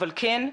אבל כן,